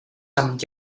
của